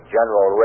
General